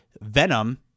Venom